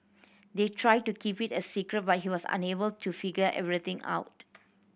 they tried to keep it a secret but he was unable to figure everything out